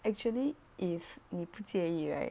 actually if 你不介意 right